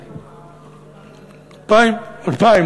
2,000. 2,000?